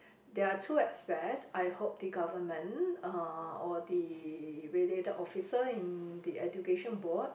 there are two aspect I hope the government uh or the related officer in the education board